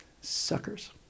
suckers